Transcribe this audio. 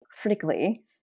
critically